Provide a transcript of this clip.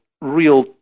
real